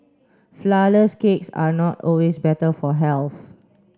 flourless cakes are not always better for health